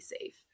safe